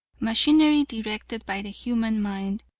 machinery, directed by the human mind,